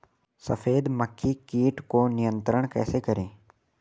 सफेद मक्खी कीट को नियंत्रण कैसे करें?